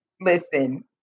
Listen